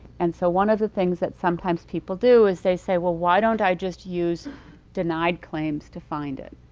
and so one of the things that sometimes people do is they say, well, why don't i just use denied claims to find it?